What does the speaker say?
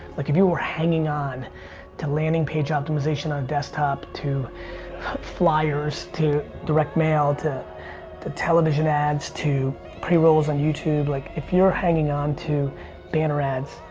like if you are hanging on to landing page optimization on desktop to flyers to direct mail to to television ads to pre-rolls on youtube, like if you're hanging on to banner ads,